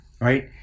right